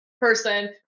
person